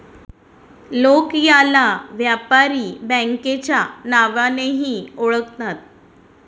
लोक याला व्यापारी बँकेच्या नावानेही ओळखतात